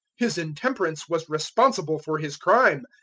his intemperance was responsible for his crime.